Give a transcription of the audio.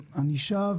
שינויים,